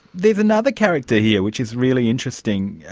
there's another character here which is really interesting.